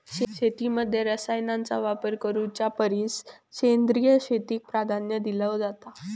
शेतीमध्ये रसायनांचा वापर करुच्या परिस सेंद्रिय शेतीक प्राधान्य दिलो जाता